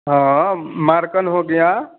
हाँ मारकन हो गया